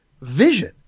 vision